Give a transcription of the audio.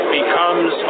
becomes